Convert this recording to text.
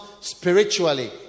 spiritually